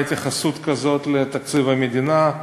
התייחסות כזאת לתקציב המדינה.